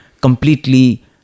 completely